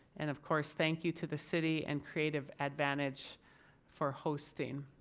and of course thank you to the city and creative advantage for hosting